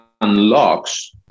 unlocks